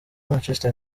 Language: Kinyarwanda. manchester